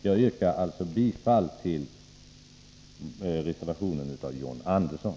Jag yrkar bifall till reservationen av John Andersson.